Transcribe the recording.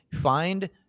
find